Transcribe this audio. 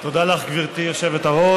תודה לך, גברתי היושבת-ראש.